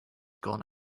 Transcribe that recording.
gone